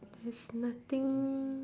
there's nothing